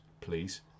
please